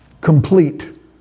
complete